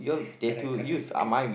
correct correct